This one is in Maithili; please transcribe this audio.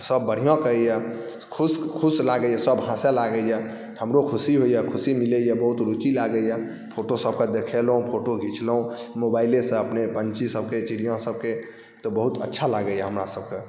सब बढ़िआँ कहैए खुश खुश लागैए सब हँसऽ लागैए हमरो खुशी होइए खुशी मिलैए बहुत रुचि लागैए फोटोसबके देखेलहुँ फोटो घिचलहुँ मोबाइलेसँ अपने पन्छीसबके चिड़ियासबके तऽ बहुत अच्छा लागैए हमरासबके